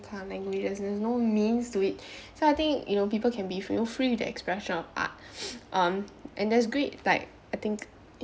there's no means to it so I think you know people can be you know free to expression of art um and that's great like I think